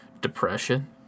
depression